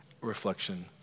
reflection